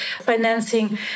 financing